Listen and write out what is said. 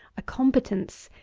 a competence,